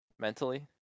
Mentally